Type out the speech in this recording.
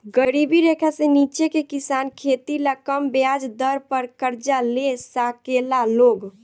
गरीबी रेखा से नीचे के किसान खेती ला कम ब्याज दर पर कर्जा ले साकेला लोग